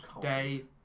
day